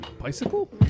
bicycle